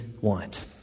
want